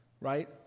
right